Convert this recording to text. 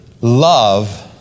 love